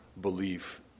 belief